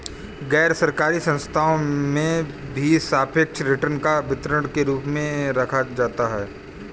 गैरसरकारी संस्थाओं में भी सापेक्ष रिटर्न को वितरण के रूप में रखा जाता है